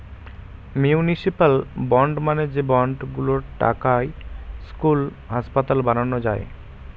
municipal bond মানে যে bond গুলোর টাকায় স্কুল, হাসপাতাল বানানো যায়